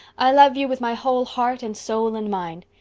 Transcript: i love you with my whole heart and soul and mind.